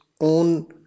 own